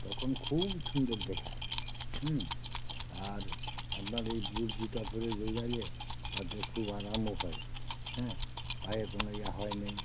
তখন খুব সুন্দর দেখায় হুম আর আপনার এই বুট জুতা পরে দৌড়ালে তাতে খুব আরামও হয় হ্যাঁ পায়ে কোনো ইয়া হয় নাই